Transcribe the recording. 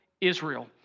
Israel